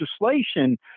legislation